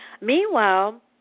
Meanwhile